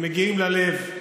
ומגיעים ללב.